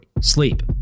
sleep